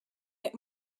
get